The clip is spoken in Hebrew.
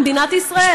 למדינת ישראל.